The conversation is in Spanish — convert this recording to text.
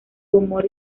humor